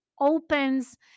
opens